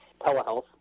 Telehealth